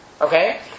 Okay